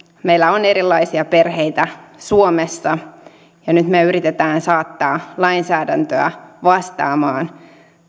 meillä on erilaisia perheitä suomessa ja nyt me yritämme saattaa lainsäädäntöä vastaamaan